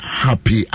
happy